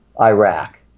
Iraq